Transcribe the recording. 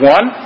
One